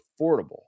affordable